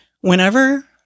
Whenever